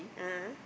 a'ah